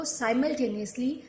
simultaneously